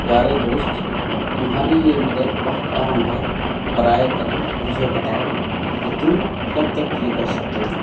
پیارے دوست تمہاری یہ مدد بہت اہم ہے برائے کرم مجھے بتاؤ کہ تم کب تک یہ کر سکتے ہو